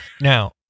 Now